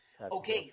Okay